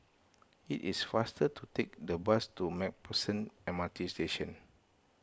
it is faster to take the bus to MacPherson M R T Station